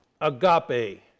agape